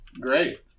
Great